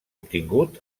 obtingut